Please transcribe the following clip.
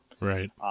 Right